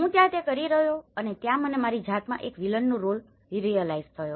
હું ત્યાં તે કરી રહ્યો હતો અને ત્યાં મને મારી જાતમા એક વિલનનો રોલroleભૂમિકા રીઅલાઈઝ થયો